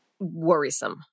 worrisome